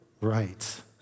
right